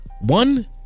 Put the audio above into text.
One